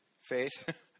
faith